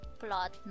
plot